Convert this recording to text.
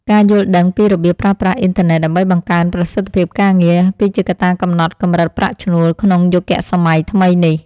ការយល់ដឹងពីរបៀបប្រើប្រាស់អ៊ីនធឺណិតដើម្បីបង្កើនប្រសិទ្ធភាពការងារ គឺជាកត្តាកំណត់កម្រិតប្រាក់ឈ្នួលក្នុងយុគសម័យថ្មីនេះ។